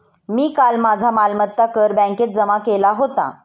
मी काल माझा मालमत्ता कर बँकेत जमा केला होता